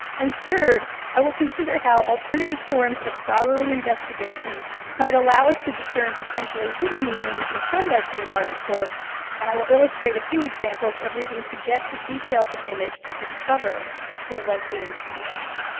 and third i will consider how alternative forms of scholarly investigation might allow us to discern potentially hidden meanings in some lesbian artists works and i will illustrate a few examples of reading suggestive details of image to discover their lesbian content.